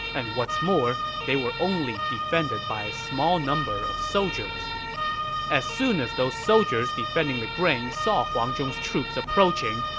and what's more, they were only defended by a small number of soldiers as soon as the soldiers defending the grain saw huang zhong's troops approaching,